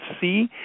see